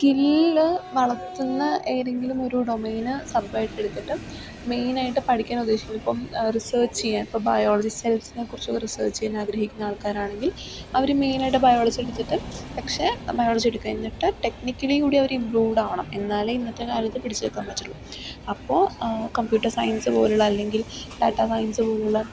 skill വളത്തുന്ന ഏതെങ്കിലും ഒരു ഡൊമൈന് സബ് ആയിട്ട് എടുത്തിട്ട് മെയ്നായിട്ട് പഠിക്കാൻ ഉദ്ദേശിക്കുന്നത് ഇപ്പം റിസെർച്ച് ചെയ്യാൻ ഇപ്പം ബയോളജി സെൽസിനെക്കുറിച്ചുള്ള റിസെർച്ച് ചെയ്യാൻ ആഗ്രഹിക്കുന്ന ആൾക്കാരാണെങ്കിൽ അവർ മെയ്നായിട്ട് ബയോളജി എടുത്തിട്ട് പക്ഷെ ബയോളജി എടുക്കുക എന്നിട്ട് ടെക്നിക്കലി കൂടി അവർ ഇമ്പ്രൂവ്ഡ് ആകണം എന്നാലെ ഇന്നത്തെ കാലത്ത് പിടിച്ച് നിൽക്കാൻ പറ്റുളളൂ അപ്പോൾ കമ്പ്യൂട്ടർ സയൻസ് പോലുള്ള അല്ലെങ്കിൽ ഡാറ്റ സയൻസ് പോലുള്ള